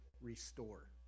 restore